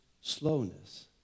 slowness